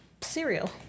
cereal